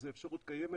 זו אפשרות קיימת.